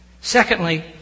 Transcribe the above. Secondly